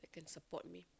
that can support me